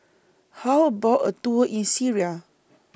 How about A Tour in Syria